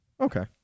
Okay